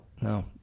no